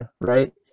right